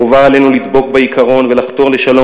חובה עלינו לדבוק בעיקרון ולחתור לשלום